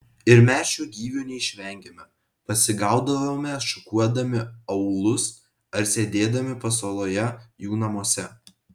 ir mes šių gyvių neišvengėme pasigaudavome šukuodami aūlus ar sėdėdami pasaloje jų namuose